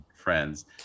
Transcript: friends